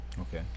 Okay